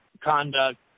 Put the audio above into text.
conduct